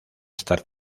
estar